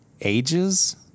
ages